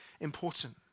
important